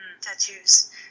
tattoos